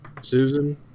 Susan